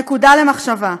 נקודה למחשבה.